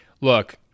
look